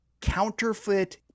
counterfeit